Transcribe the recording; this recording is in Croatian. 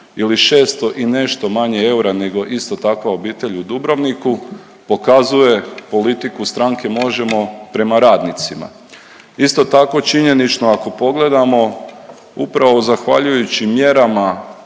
ili 600 i nešto manje eura nego isto takva obitelj u Dubrovniku, pokazuje politiku stranke Možemo! prema radnicima. Isto tako činjenično ako pogledamo upravo zahvaljujući mjerama